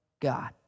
God